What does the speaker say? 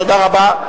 תודה רבה.